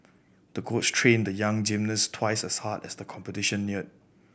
the coach trained the young gymnast twice as hard as the competition neared